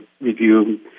review